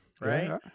right